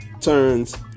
turns